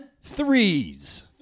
threes